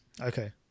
Okay